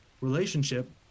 relationship